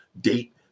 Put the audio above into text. date